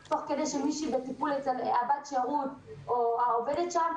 שמישהי הייתה בטיפול אצל בת שירות או אצל עובדת אחרת,